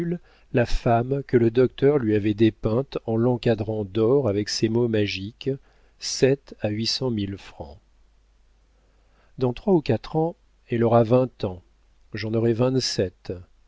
la femme que le docteur lui avait dépeinte en l'encadrant d'or avec ces mots magiques sept à huit cent mille francs dans trois ou quatre ans elle aura vingt ans j'en aurai vingt-sept